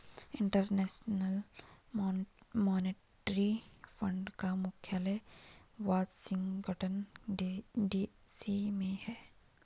international monetary fund का मुख्यालय Washington DC में है